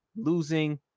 losing